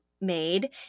made